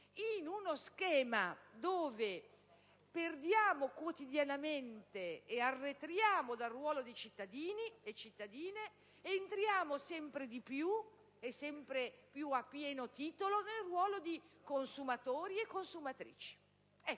in uno schema dove quotidianamente arretriamo dal ruolo di cittadini e cittadine ed entriamo sempre di più, e sempre più a pieno titolo, nel ruolo di consumatori e consumatrici. Penso